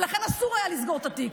ולכן אסור היה לסגור את התיק.